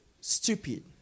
Stupid